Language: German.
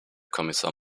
kommissar